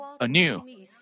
anew